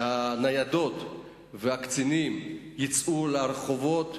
שהניידות והקצינים יצאו לרחובות,